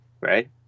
Right